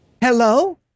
Hello